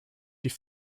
die